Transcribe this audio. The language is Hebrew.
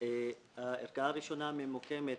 הערכאה הראשונה ממוקמת,